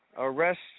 Arrest